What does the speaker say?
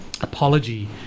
apology